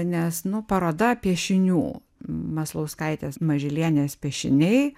nes nu paroda piešinių maslauskaitės mažylienės piešiniai